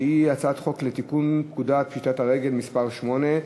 שהיא הצעת חוק לתיקון פקודת פשיטת הרגל (מס' 8),